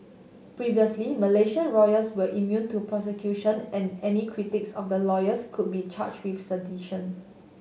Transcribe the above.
previously Malaysian royals were immune to prosecution and any critics of the loyals could be charge with sedition